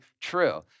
true